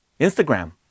Instagram